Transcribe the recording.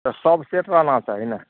तऽ सब सेट रहना चाही ने